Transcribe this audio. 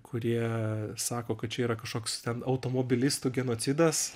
kurie sako kad čia yra kažkoks ten automobilistų genocidas